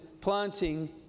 planting